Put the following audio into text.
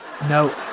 No